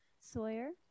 Sawyer